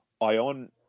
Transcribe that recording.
Ion